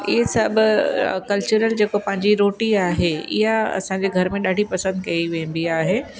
इहे सभु कल्चरल जेको पंहिंजी रोटी आहे इहा असांजे घर में ॾाढी पसंदि कई वेंदी आहे